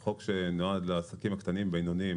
הוא חוק שנועד לעסקים הקטנים בינוניים